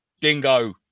Dingo